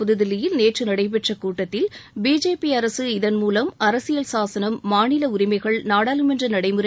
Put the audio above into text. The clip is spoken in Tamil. புதுதில்லியில் நேற்று நடைபெற்ற கூட்டத்தில் பிஜேபி அரசு இதன்மூலம் அரசியல் சாசனம் மாநில உரிமைகள் நாடாளுமன்ற நடைமுறை